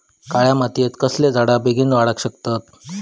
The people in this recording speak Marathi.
काळ्या मातयेत कसले झाडा बेगीन वाडाक शकतत?